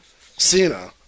Cena